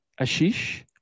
Ashish